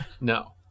No